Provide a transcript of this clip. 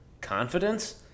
confidence